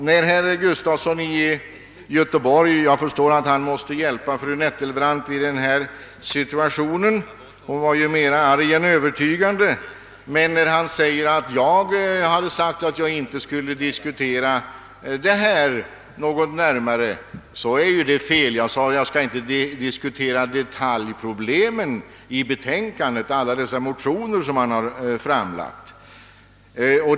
När herr Gustafson i Göteborg — jag förstår att han måste hjälpa fru Nettelbrandt i denna situation, ty hon var ju mera arg än övertygande — påstår att jag skulle ha sagt att jag inte skulle diskutera detta något närmare, är det fel. Jag sade att jag inte skall diskutera detaljproblemen i alla de motioner som man har väckt.